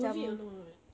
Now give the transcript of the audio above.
worth it or not